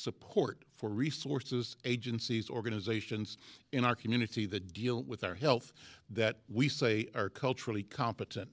support for resources agencies organizations in our community that deal with our health that we say are culturally compet